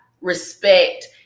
respect